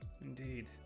Indeed